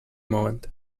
moment